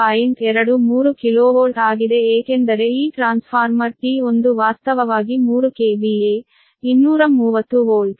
23 kilovolt ಆಗಿದೆ ಏಕೆಂದರೆ ಈ ಟ್ರಾನ್ಸ್ಫಾರ್ಮರ್ T1 ವಾಸ್ತವವಾಗಿ 3 KVA 230 ವೋಲ್ಟ್